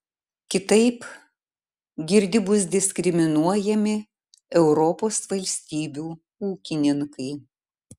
kitaip girdi bus diskriminuojami europos valstybių ūkininkai